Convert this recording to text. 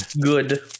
Good